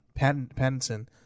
Pattinson